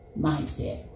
Mindset